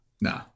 nah